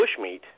bushmeat